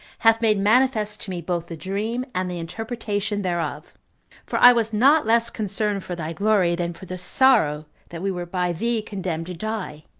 hath made manifest to me both the dream, and the interpretation thereof for i was not less concerned for thy glory than for the sorrow that we were by thee condemned to die,